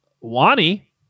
Wani